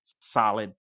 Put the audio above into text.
solid